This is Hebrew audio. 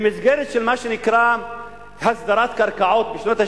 במסגרת מה שנקרא הסדרת קרקעות בשנות ה-60,